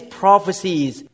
prophecies